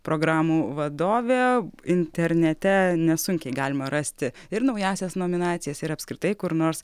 programų vadovė internete nesunkiai galima rasti ir naująsias nominacijas ir apskritai kur nors